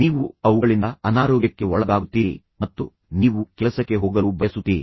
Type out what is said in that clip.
ನೀವು ಅವುಗಳಿಂದ ಅನಾರೋಗ್ಯಕ್ಕೆ ಒಳಗಾಗುತ್ತೀರಿ ಮತ್ತು ನೀವು ಕೆಲಸಕ್ಕೆ ಹೋಗಲು ಬಯಸುತ್ತೀರಿ